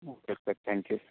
okay sir thank you